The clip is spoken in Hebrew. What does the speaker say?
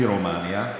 מרומניה,